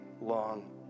long